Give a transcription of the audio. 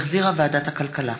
שהחזירה ועדת הכלכלה.